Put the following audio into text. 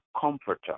comforter